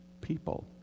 people